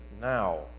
now